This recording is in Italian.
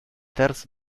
terzo